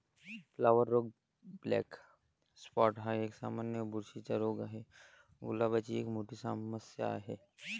flower रोग black spot हा एक, सामान्य बुरशीचा रोग आहे, गुलाबाची एक मोठी समस्या आहे